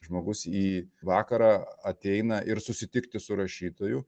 žmogus į vakarą ateina ir susitikti su rašytoju